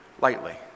lightly